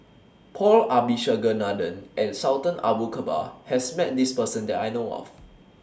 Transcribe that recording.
Paul Abisheganaden and Sultan Abu Bakar has Met This Person that I know of